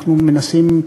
אנחנו מנסים,